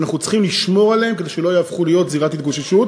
ואנחנו צריכים לשמור עליהם כדי שלא יהפכו להיות זירת התגוששות.